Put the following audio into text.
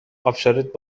آبشارت